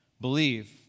believe